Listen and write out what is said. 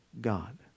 God